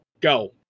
go